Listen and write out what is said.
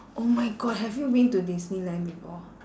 oh my god have you been to Disneyland before